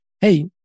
hey